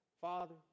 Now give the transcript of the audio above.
Father